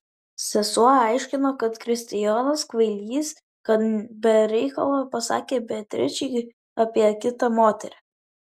sesuo aiškino kad kristijonas kvailys kad be reikalo pasakė beatričei apie kitą moterį